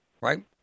right